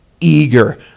eager